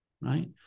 Right